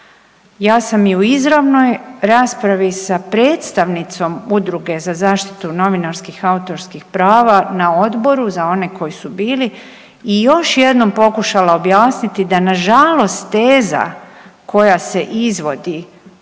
Ja sam i u izravnoj raspravi sa predstavnicom Udruge za zaštitu novinarskih autorskih prava na odboru za one koji su bili i još jednom pokušala objasniti, da na žalost teza koja se izvodi